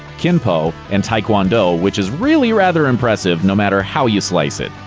kenpo, and taekwondo, which is really rather impressive no matter how you slice it.